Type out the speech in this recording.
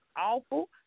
awful